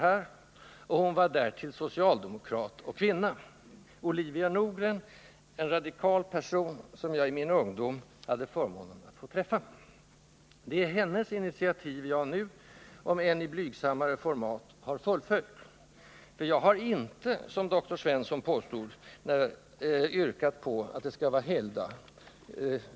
Motionären i fråga var därtill socialdemokrat och kvinna, Olivia Nordgren — en radikal person som jag i min ungdom hade förmånen att få träffa. Det är hennes initiativ jag nu följt upp, om än i blygsammare format. Jag har inte, som doktor Svensson påstod, framfört önskemål om att nationaldagen skall vara helgdag.